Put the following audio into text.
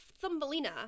Thumbelina